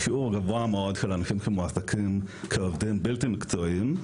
איזה שיעור גבוה מאוד של אנשים שמועסקים כעובדים בלתי מקצועיים.